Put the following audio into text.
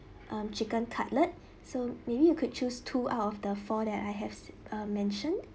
um chicken cutlet so maybe you could choose two out of the four that I have uh mentioned